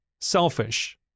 selfish